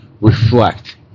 reflect